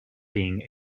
being